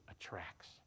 attracts